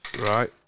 Right